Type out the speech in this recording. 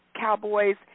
Cowboys